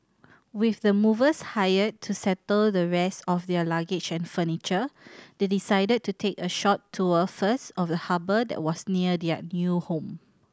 with the movers hired to settle the rest of their luggage and furniture they decided to take a short tour first of the harbour that was near their new home